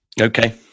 okay